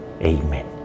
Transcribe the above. Amen